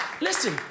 Listen